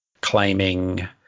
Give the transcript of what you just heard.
claiming